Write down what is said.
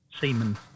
semen